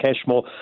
Cashmore